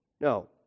No